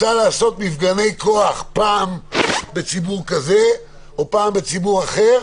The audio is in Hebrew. רוצה לעשות מפגני כוח פעם בציבור כזה או פעם בציבור אחר,